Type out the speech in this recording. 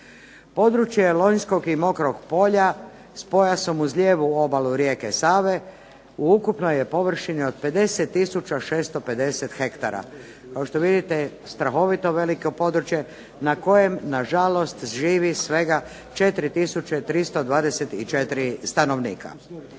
Područje Lonjskog i Mokrog polja s pojasom uz lijevu obalu rijeke Save u ukupnoj je površini od 50650 ha. Kao što vidite strahovito veliko područje na kojem na žalost živi svega 4324 stanovnika.